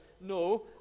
no